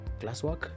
classwork